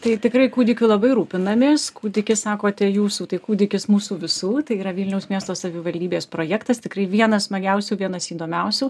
tai tikrai kūdikiu labai rūpinamės kūdikis sakote jūsų tai kūdikis mūsų visų tai yra vilniaus miesto savivaldybės projektas tikrai vienas smagiausių vienas įdomiausių